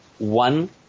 One